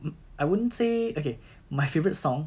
um I wouldn't say okay my favourite song